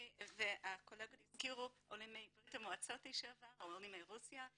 הקולגות הזכירו עולים מברית המועצות לשעבר ועולים מרוסיה,